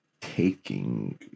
taking